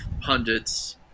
pundits